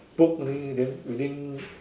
book only then within